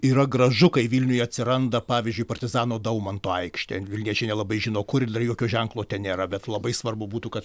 yra gražu kai vilniuj atsiranda pavyzdžiui partizano daumanto aikštė vilniečiai nelabai žino kur jokio ženklo ten nėra bet labai svarbu būtų kad